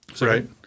Right